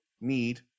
need